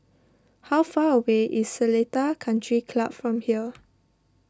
how far away is Seletar Country Club from here